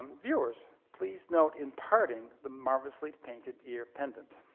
viewers, please note in parting the marvelously painted ear pendant.